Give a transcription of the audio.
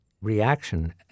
reaction